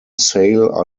sale